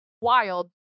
wild